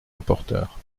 rapporteur